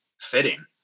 fitting